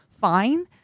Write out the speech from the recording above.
fine